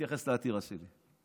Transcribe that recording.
להתייחס לעתירה שלי?